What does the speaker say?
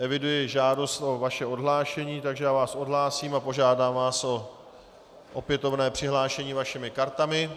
Eviduji žádost o vaše odhlášení, takže vás odhlásím a požádám vás o opětovné přihlášení vašimi kartami.